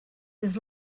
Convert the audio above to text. his